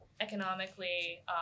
economically